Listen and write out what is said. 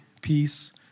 peace